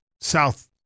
south